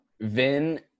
Vin